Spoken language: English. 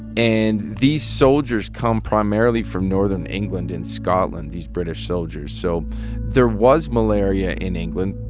and these soldiers come primarily from northern england and scotland, these british soldiers. so there was malaria in england,